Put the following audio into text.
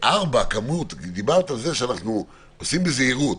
ודיברת על זה שאנחנו עושים בזהירות,